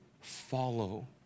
Follow